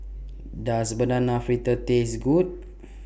Does Banana Fritters Taste Good